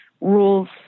rules